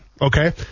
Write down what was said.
Okay